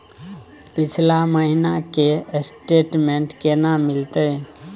पिछला महीना के स्टेटमेंट केना मिलते?